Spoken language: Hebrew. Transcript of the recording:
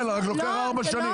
כן, רק לוקח ארבע שנים.